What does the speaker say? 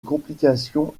complications